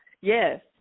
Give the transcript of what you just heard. yes